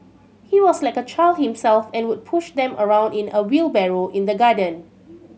he was like a child himself and would push them around in a wheelbarrow in the garden